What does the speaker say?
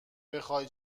بخوای